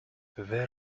there